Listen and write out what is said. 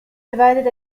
divided